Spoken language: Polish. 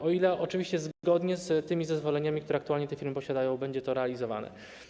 O ile oczywiście, zgodnie z tymi zezwoleniami, które aktualnie te firmy posiadają, będzie to realizowane.